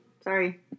Sorry